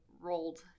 rolled